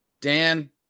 Dan